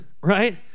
Right